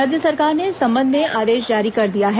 राज्य सरकार ने इस संबंध में आदेश जारी कर दिया है